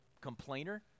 complainer